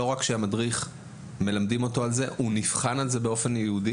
לא רק שמלמדים את המדריך על זה הוא גם נבחן על זה באופן ייעודי,